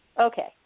Okay